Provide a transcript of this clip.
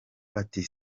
ati